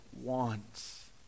wants